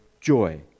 joy